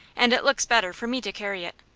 and it looks better for me to carry it.